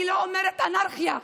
אני לא אומרת אנרכיה.